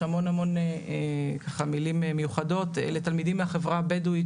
יש המון מלים מיוחדות לתלמידים מהחברה הבדואית,